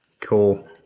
Cool